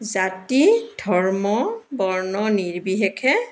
জাতি ধৰ্ম বৰ্ণ নিৰ্বিশেষে